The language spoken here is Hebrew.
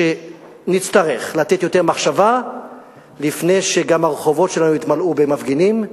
שנצטרך לתת יותר מחשבה לפני שגם הרחובות שלנו יתמלאו במפגינים.